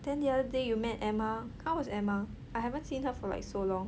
then the other day you met emma how was emma I haven't seen her for like so long